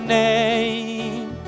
name